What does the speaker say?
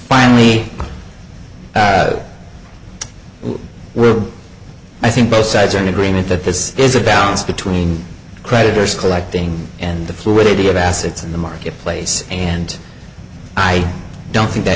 finally well i think both sides are in agreement that this is a balance between creditors collecting and the fluidity of assets in the marketplace and i don't think that